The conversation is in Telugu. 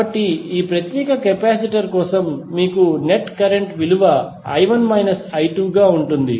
కాబట్టి ఈ ప్రత్యేక కెపాసిటర్ కోసం మీకు నెట్ కరెంట్ విలువ I1 I2 గా ఉంటుంది